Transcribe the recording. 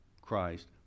Christ